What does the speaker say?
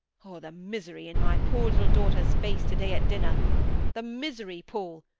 oh, the misery in my poor little daughter's face to-day at dinner the misery, paul!